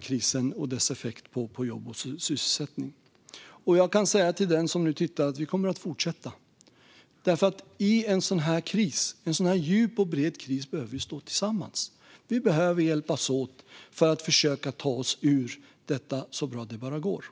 krisen och dess effekt på jobb och sysselsättning. Till den som nu tittar kan jag säga att vi kommer att fortsätta. I en djup och bred kris som denna behöver vi stå tillsammans. Vi behöver hjälpas åt för att försöka ta oss ur detta så bra det bara går.